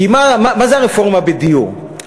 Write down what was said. כי מה זו הרפורמה בדיור?